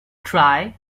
try